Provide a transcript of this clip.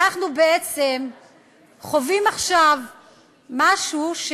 אנחנו בעצם חווים עכשיו משהו,